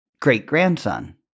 great-grandson